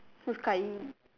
who's Kai-Ying